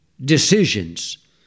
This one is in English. decisions